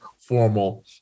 formal